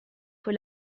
con